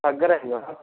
తగ్గరా ఇంక